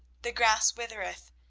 the grass withereth,